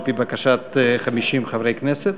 על-פי בקשת 50 חברי כנסת,